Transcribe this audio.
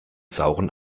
sauren